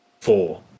four